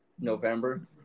November